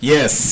Yes